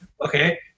okay